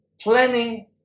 planning